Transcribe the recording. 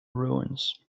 ruins